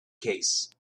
case